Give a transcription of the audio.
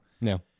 No